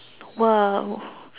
!wow!